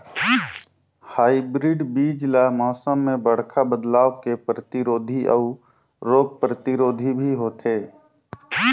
hybrid बीज ल मौसम में बड़खा बदलाव के प्रतिरोधी अऊ रोग प्रतिरोधी भी होथे